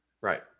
right